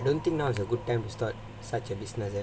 I don't think now's a good time to start such a business